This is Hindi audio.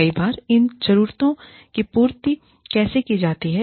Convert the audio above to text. कई बार इन जरूरतों की पूर्ति कैसेकी जाती है